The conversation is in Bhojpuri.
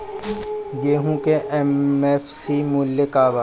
गेहू का एम.एफ.सी मूल्य का बा?